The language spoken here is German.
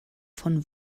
von